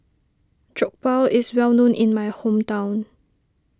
Jokbal is well known in my hometown